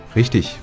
richtig